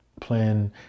playing